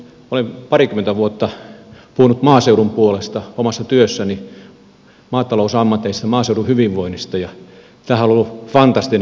olen parikymmentä vuotta puhunut maaseudun puolesta omassa työssäni maatalousammateissa maaseudun hyvinvoinnista ja tämähän on ollut fantastinen iltapäivä